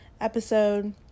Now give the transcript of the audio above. episode